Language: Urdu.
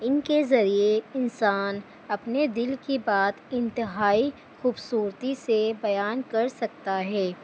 ان کے ذریعے انسان اپنے دل کی بات انتہائی خوبصورتی سے بیان کر سکتا ہے